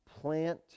plant